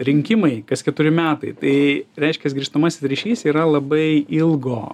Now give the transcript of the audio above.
rinkimai kas keturi metai tai reiškias grįžtamasis ryšys yra labai ilgo